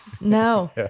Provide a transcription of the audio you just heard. No